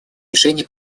решения